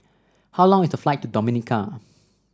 how long is the flight to Dominica